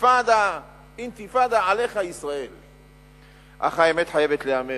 אך האמת חייבת להיאמר,